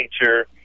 nature